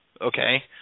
okay